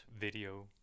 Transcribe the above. video